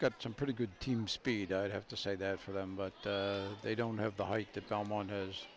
got some pretty good team speed i'd have to say that for them but they don't have the height that belmont has